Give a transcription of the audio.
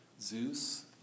Zeus